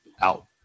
out